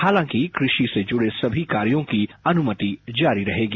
हालांकि कृषि से जुड़े समी कार्यो की अनुमति जारी रहेगी